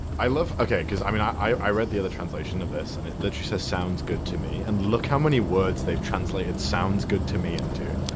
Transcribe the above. i love, okay because i mean i i i read the other translation of this and it literally says sounds good to me and look how many words they've translated sounds good to me into